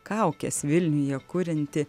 kaukes vilniuje kurianti